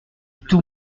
tout